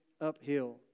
uphill